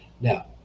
Now